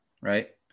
right